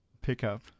pickup